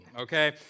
Okay